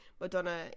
Madonna